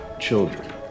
children